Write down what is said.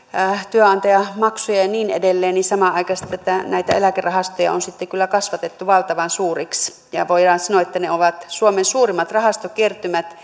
työnantajamaksuja ja niin edelleen niin samanaikaisesti näitä eläkerahastoja on sitten kyllä kasvatettu valtavan suuriksi voidaan sanoa että ne ovat suomen suurimmat rahastokertymät